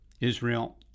Israel